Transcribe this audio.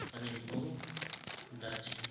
Kalimpong Darjeeling